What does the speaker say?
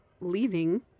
leaving